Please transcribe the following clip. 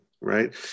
right